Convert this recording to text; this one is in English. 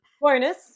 Bonus